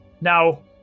now